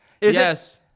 Yes